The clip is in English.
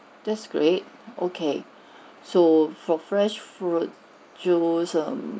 that's great okay so for fresh fruit juice mm